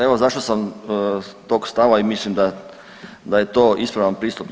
Evo zašto sam tog stava i mislim da je to ispravan pristup.